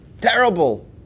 Terrible